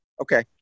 Okay